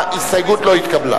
ההסתייגות לא התקבלה.